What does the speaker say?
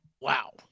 Wow